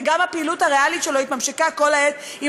וגם הפעילות הריאלית שלו התממשקה כל העת עם